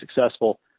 successful